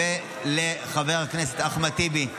ולחבר הכנסת אחמד טיבי,